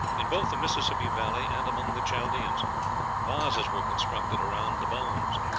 in both the mississippi valley and among the chaldeans vases were constructed around the bones,